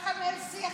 מותר לך לנהל שיח,